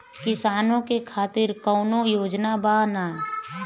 किसानों के खातिर कौनो योजना बा का?